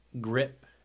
grip